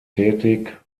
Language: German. tätig